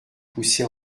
poussé